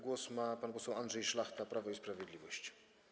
Głos ma pan poseł Andrzej Szlachta, Prawo i Sprawiedliwość.